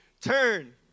turn